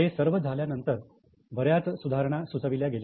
हे सर्व झाल्यानंतर बऱ्याच सुधारणा सुचविल्या गेल्या